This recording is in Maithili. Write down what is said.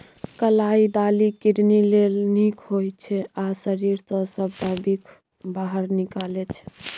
कलाइ दालि किडनी लेल नीक होइ छै आ शरीर सँ सबटा बिख बाहर निकालै छै